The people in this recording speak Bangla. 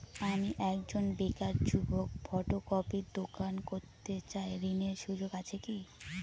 আমি একজন বেকার যুবক ফটোকপির দোকান করতে চাই ঋণের সুযোগ আছে কি?